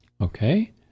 Okay